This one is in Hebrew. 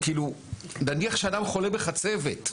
כשאדם חולה בחצבת,